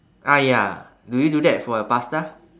ah ya do you do that for your pasta